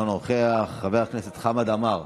בהתאם לסעיף 31(א) לחוק-יסוד: הממשלה,